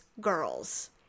girls